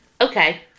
Okay